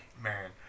Man